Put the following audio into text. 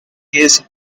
case